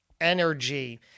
energy